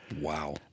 Wow